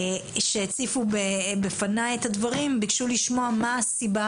שהציפו בפניי את הדברים ביקשו לשמוע מה הסיבה